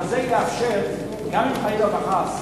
גם אם חלילה וחס,